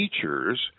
teachers